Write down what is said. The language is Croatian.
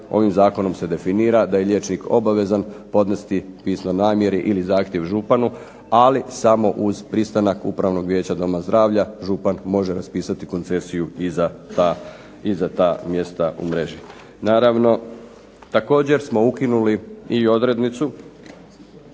ovim zakonom se definira da je liječnik obavezan podnesti pismo namjeri ili zahtjev županu, ali samo uz pristanak upravnog vijeća doma zdravlja župan može raspisati koncesiju i za ta mjesta u mreži. Naravno, također smo ukinuli i odrednicu